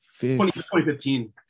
2015